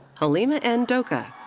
halima n. doka.